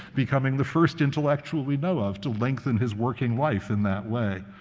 becoming the first intellectual we know of to lengthen his working life in that way.